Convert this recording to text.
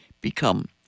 become